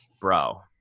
bro